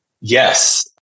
Yes